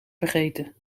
vergeten